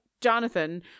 Jonathan